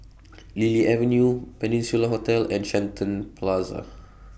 Lily Avenue Peninsula Hotel and Shenton Plaza